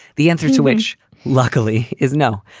the answer to which luckily is no,